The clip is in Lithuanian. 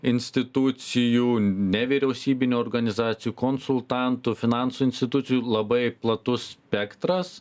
institucijų nevyriausybinių organizacijų konsultantų finansų institucijų labai platus spektras